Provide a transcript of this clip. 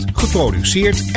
geproduceerd